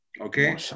okay